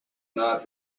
not